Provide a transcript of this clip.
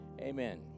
Amen